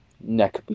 neck